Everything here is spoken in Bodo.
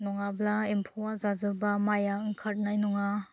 नङाब्ला एम्फौवा जाजोब्ला माया ओंखारनाय नङा